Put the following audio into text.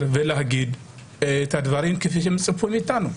ולהגיד את הדברים כפי שמצפים מאיתנו.